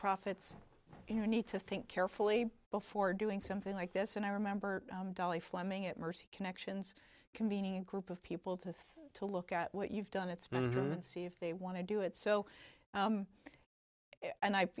profits you need to think carefully before doing something like this and i remember dolly fleming at mercy connections convening a group of people to say to look at what you've done it's been see if they want to do it so and i